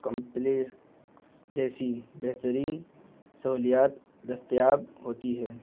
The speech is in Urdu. کمپلیکس جیسی بہترین سہولیات دستیاب ہوتی ہے